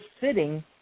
sitting